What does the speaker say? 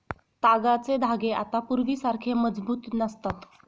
तागाचे धागे आता पूर्वीसारखे मजबूत नसतात